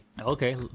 okay